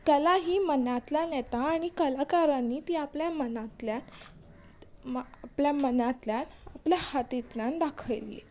कला ही मनांतल्यान येता आनी कलाकारांनी ती आपल्या मनातल्या मा आपल्या मनांतल्यान आपल्या हातींतल्यान दाखयल्ली